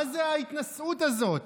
מה זה ההתנשאות הזאת?